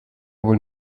wohl